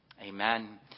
Amen